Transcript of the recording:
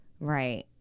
right